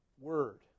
word